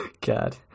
God